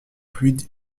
fluide